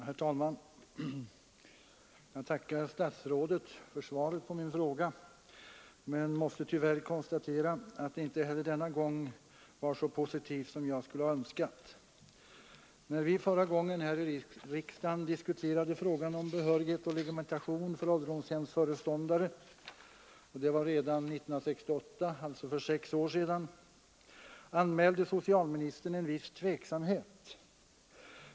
Herr talman! Jag tackar statsrådet för svaret på min fråga men måste tyvärr konstatera att det inte heller denna gång var så positivt som jag skulle ha önskat. När vi förra gången här i riksdagen diskuterade frågan om behörighet och legitimation för ålderdomshemsföreståndare — det var redan 1968, alltså för sex år sedan — anmälde socialministern en viss tveksamhet.